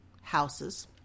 houses